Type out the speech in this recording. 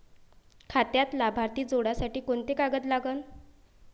खात्यात लाभार्थी जोडासाठी कोंते कागद लागन?